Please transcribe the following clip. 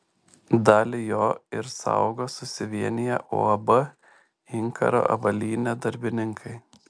dalį jo ir saugo susivieniję uab inkaro avalynė darbininkai